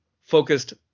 focused